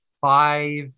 five